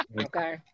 Okay